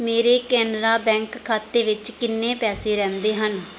ਮੇਰੇ ਕੇਨਰਾ ਬੈਂਕ ਖਾਤੇ ਵਿੱਚ ਕਿੰਨੇ ਪੈਸੇ ਰਹਿੰਦੇ ਹਨ